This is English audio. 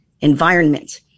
environment